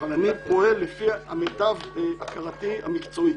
אבל אני פועל לפי מיטב הכרתי המקצועית.